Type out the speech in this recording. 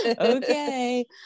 okay